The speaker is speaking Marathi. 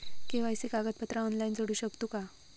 के.वाय.सी कागदपत्रा ऑनलाइन जोडू शकतू का?